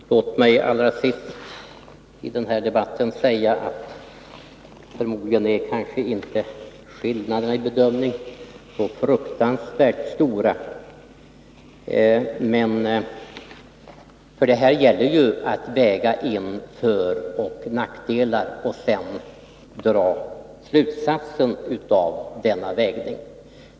Fru talman! Låt mig allra sist i den här debatten säga att skillnaderna i bedömningen förmodligen inte är så fruktansvärt stora. Här gäller ju att väga in föroch nackdelar och sedan dra slutsatsen av denna vägning.